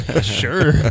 Sure